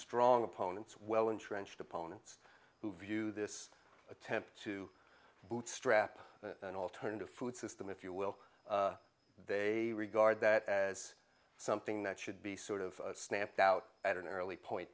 strong opponents well entrenched opponents who view this attempt to bootstrap an alternative food system if you will they regard that as something that should be sort of stamped out at an early point